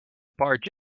barge